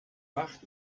wacht